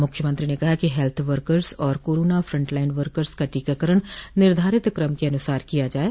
मुख्यमंत्री ने कहा कि हेल्थ वर्कर्स और कोरोना फ्रंट लाइन वर्कर्स का टीकाकरण निर्धारित क्रम के अनुसार किया जाये